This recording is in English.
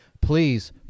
Please